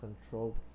control